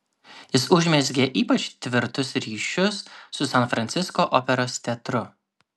jis užmezgė ypač tvirtus ryšius su san francisko operos teatru